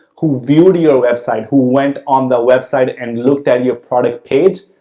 who viewed your website, who went on the website and looked at your product page,